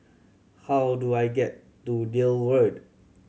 how do I get to Deal Road